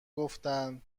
گفتن